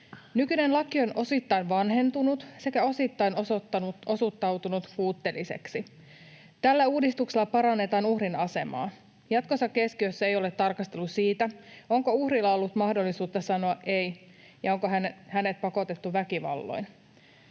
Nykyinen laki on osittain vanhentunut sekä osittain osoittautunut puutteelliseksi. Tällä uudistuksella parannetaan uhrin asemaa. Jatkossa keskiössä ei ole tarkastelu siitä, onko uhrilla ollut mahdollisuutta sanoa ei ja onko hänet pakotettu väkivalloin.